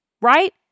right